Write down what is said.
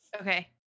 Okay